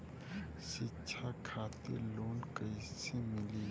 शिक्षा खातिर लोन कैसे मिली?